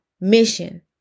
mission